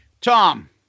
Tom